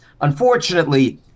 Unfortunately